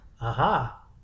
Aha